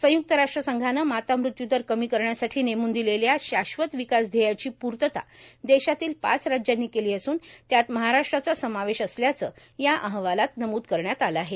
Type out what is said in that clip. संयुक्त राष्ट्र संघानं माता मृत्यू दर कमी करण्यासाठी नेमून दिलेल्या शाश्वत विकास ध्येयाची पूर्तता देशातल्या पाच राज्यांनी केली असून त्यात महाराष्ट्राचा समावेश असल्याचं या अहवालात नमूद केलं आहे